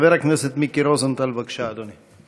חבר הכנסת מיקי רוזנטל, בבקשה, אדוני.